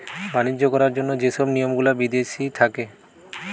বাণিজ্য করার জন্য যে সব নিয়ম গুলা বিদেশি থাকে